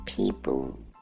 People